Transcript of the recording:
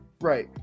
Right